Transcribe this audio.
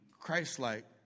Christ-like